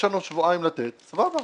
יש לנו שבועיים לתת, סבבה.